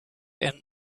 and